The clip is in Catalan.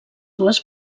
dues